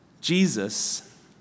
Jesus